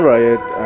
Riot